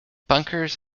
bunkers